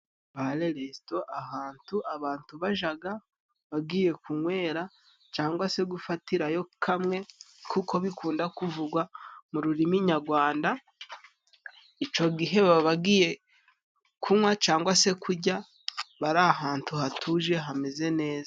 Bare resito ni ahantu abantu bajaga bagiye kunywera cangwa nse gufatirayo kamwe, kuko bikunda kuvugwa mu rurimi nyagwanda. Ico gihe baba bagiye kunywa cangwa se kujya, bari ahantu hatuje hameze neza.